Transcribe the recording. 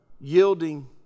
yielding